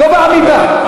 לא בעמידה.